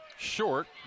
Short